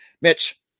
Mitch